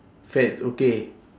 fats okay